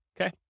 Okay